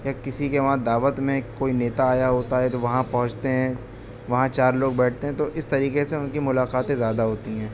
یا کسی وہاں دعوت میں کوئی نیتا آیا ہوتا ہے تو وہاں پہنچتے ہیں وہاں چار لوگ بیٹھتے ہیں تو اس طریقے سے ان کی ملاقاتیں زیادہ ہوتی ہیں